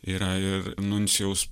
yra ir nuncijaus